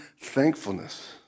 thankfulness